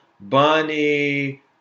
bunny